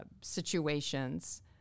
situations